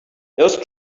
those